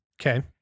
Okay